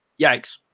Yikes